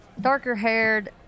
darker-haired